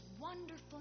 wonderful